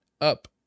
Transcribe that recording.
up